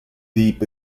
deep